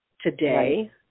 today